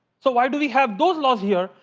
so why do we have those laws here?